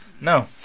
No